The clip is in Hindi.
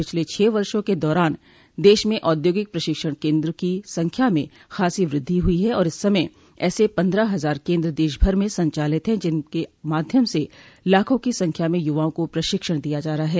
पिछले छह वर्षो के दौरान देश में औद्योगिक प्रशिक्षण केन्द्रों की संख्या में खासी वृद्धि हुई है और इस समय ऐसे पन्द्रह हजार केन्द्र देशभर में संचालित हैं जिनके माध्यम से लाखों की संख्या में यूवाओं को प्रशिक्षण दिया जा रहा है